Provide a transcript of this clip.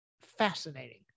fascinating